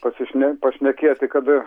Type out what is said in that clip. pasišne pašnekėti kada